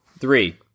Three